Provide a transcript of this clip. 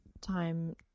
time